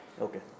Okay